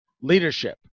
leadership